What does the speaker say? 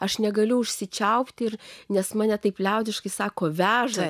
aš negaliu užsičiaupti ir nes mane taip liaudiškai sako veža